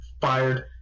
fired